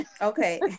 Okay